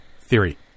theory